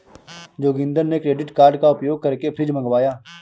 जोगिंदर ने credit card का उपयोग करके फ्रिज मंगवाया